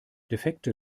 defekte